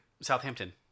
Southampton